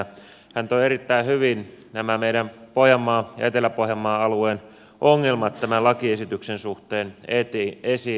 hän toi erittäin hyvin nämä meidän pohjanmaan ja etelä pohjanmaan alueen ongelmat tämän lakiesityksen suhteen heti esiin